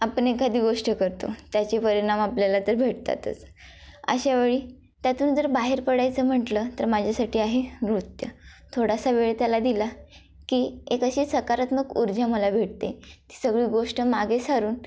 आपण एखादी गोष्ट करतो त्याची परिणाम आपल्याला तर भेटतातच अशा वेळी त्यातून जर बाहेर पडायचं म्हटलं तर माझ्यासाठी आहे नृत्य थोडासा वेळ त्याला दिला की एक अशी सकारात्मक ऊर्जा मला भेटते ती सगळी गोष्ट मागे सारून